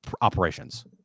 operations